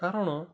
କାରଣ